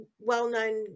well-known